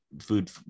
food